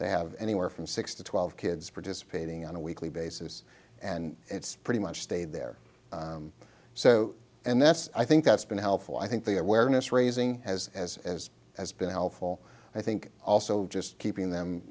have anywhere from six to twelve kids participating on a weekly basis and it's pretty much stayed there so and that's i think that's been helpful i think the awareness raising has as as has been helpful i think also just keeping them